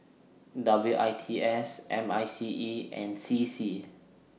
W I T S M I C E and C C